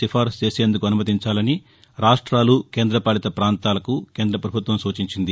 నిఫార్పు చేసేందుకు అనుమతించాలని రాష్ట్రాలు కేంద్రపాలిత పాంతాలకు కేం ాద ప్రవభుత్వం సూచించింది